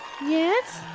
Yes